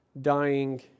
dying